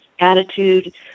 attitude